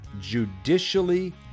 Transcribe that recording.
judicially